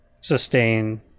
sustain